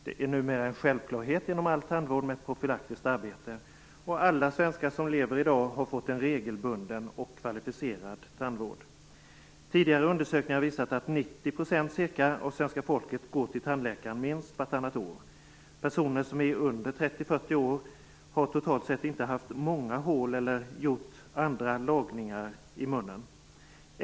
Det är numera en självklarhet inom allt tandvård med profylaktiskt arbete. Alla svenskar som lever i dag har fått en regelbunden och kvalificerad tandvård. Tidigare undersökningar har visat att ca 90 % av svenska folket går till tandläkaren minst vartannat år. Personer som är under 30-40 år har totalt sett inte haft många hål eller gjort andra lagningar i munnen.